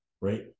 right